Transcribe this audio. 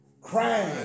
Crying